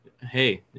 Hey